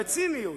בציניות,